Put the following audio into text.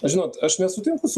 žinot aš nesutinku su